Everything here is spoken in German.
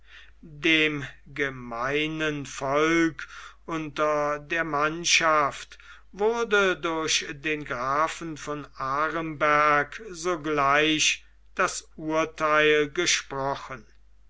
dem gemeinen volke unter der mannschaft wurde durch den grafen von aremberg sogleich das urtheil gesprochen